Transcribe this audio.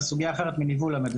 זו סוגייה אחרת מניבול המת.